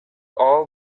all